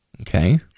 Okay